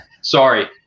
Sorry